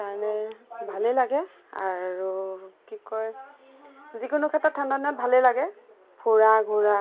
কাৰণে ভালেই লাগে আৰু কি কয় যিকোনো ক্ষেত্ৰত ঠাণ্ডা দিনত ভালেই লাগে ফুৰা ঘোৰা